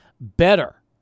better